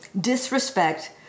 disrespect